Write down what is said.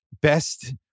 best